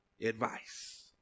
advice